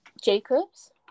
Jacobs